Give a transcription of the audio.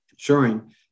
ensuring